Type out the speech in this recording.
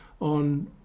on